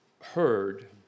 heard